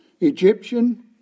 Egyptian